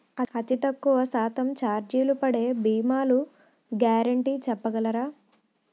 అతి తక్కువ శాతం ఛార్జీలు పడే భీమాలు గ్యారంటీ చెప్పగలరా?